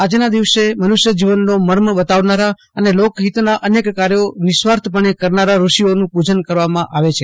આજના દિવસે મનુષ્ય જીવનનો મર્મ બતાવનારા અન લોકહિતના અનેક કાર્યો નિઃસ્વાર્થપણે કરનારા ઋષિઓનું પૂજન કરવામાં આવે છે